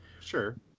Sure